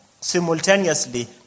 simultaneously